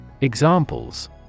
Examples